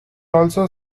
also